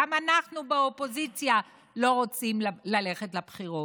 וגם אנחנו באופוזיציה לא רוצים ללכת לבחירות.